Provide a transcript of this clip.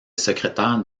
secrétaire